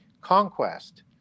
conquest